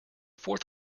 fourth